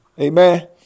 Amen